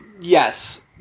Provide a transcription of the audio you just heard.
yes